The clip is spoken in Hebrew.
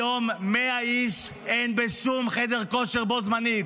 היום 100 איש אין בשום חדר כושר בו-זמנית.